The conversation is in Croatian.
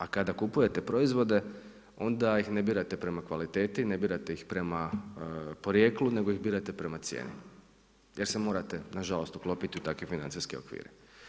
A kada kupujete proizvode onda ih ne birate prema kvaliteti, ne birate ih prema porijeklu nego ih birate prema cijeni jer se morate nažalost uklopiti u takve financijske okvire.